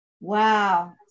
Wow